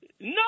No